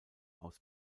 aus